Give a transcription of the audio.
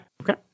Okay